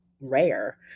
rare